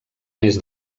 més